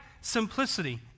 simplicity